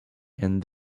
and